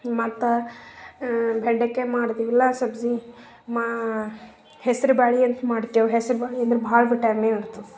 ಮತ್ತು ಬೆಂಡೆಕಾಯಿ ಮಾಡ್ತೀವಿ ಇಲ್ಲ ಸಬ್ಜಿ ಮಾ ಹೆಸ್ರು ಬ್ಯಾಳಿ ಅಂತ ಮಾಡ್ತೇವೆ ಹೆಸ್ರು ಬ್ಯಾಳಿ ಅಂದ್ರೆ ಭಾಳ ವಿಟಾಮಿನ್ ಇರ್ತದೆ